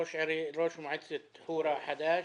ראש מועצת חורה החדש.